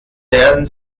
werden